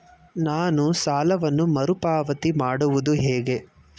ನಾನು ಸಾಲವನ್ನು ಮರುಪಾವತಿ ಮಾಡುವುದು ಹೇಗೆ?